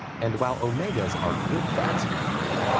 and while omegas are good fats for your brain,